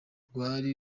rwari